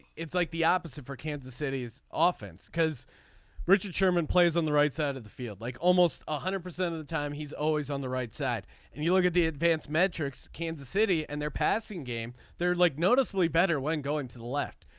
it's like the opposite for kansas city's offense because richard sherman plays on the right side of the field like almost one ah hundred percent of the time he's always on the right side and you look at the advanced metrics kansas city and their passing game they're like noticeably better when going to the left.